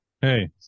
Hey